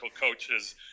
coaches